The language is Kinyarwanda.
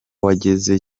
wageze